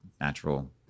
natural